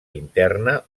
interna